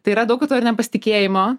tai yra daug i to ir nepasitikėjimo